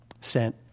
sent